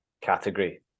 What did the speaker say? category